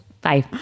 Bye